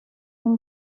این